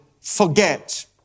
forget